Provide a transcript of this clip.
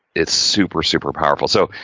it's super, super powerful. so,